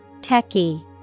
Techie